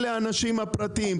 כל אלה האנשים הפרטיים,